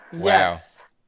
yes